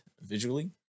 visually